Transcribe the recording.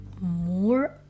more